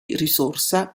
risorsa